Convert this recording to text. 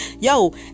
yo